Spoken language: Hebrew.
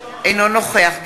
של ההצבעה.